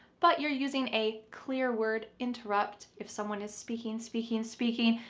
but you're using a clear word interrupt if someone is speaking, speaking, speaking.